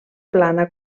plana